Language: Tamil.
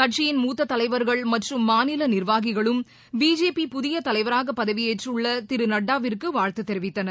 கட்சியின் மூத்த தலைவர்கள் மற்றும் மாநில நிர்வாகிகளும் பிஜேபி புதிய தலைவராக பதவியேற்றுள்ள திரு நட்டாவிற்கு வாழ்த்து தெரிவித்தனர்